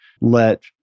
let